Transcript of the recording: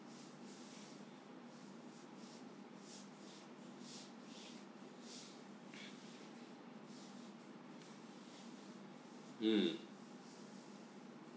mm